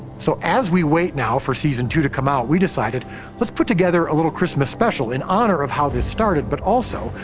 so as we wait now for season two to come out, we decided let's put together a little christmas special in honor of how this started. but also,